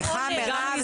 אין דבר כזה.